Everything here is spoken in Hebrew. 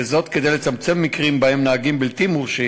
וזאת כדי לצמצם מקרים שבהם נהגים בלתי מורשים